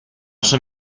son